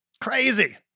Crazy